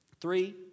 three